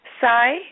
Sai